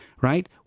right